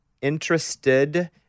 interested